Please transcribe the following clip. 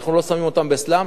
אנחנו לא שמים אותם בסלאמס,